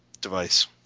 device